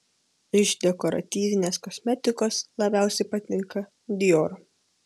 iš dekoratyvinės kosmetikos labiausiai patinka dior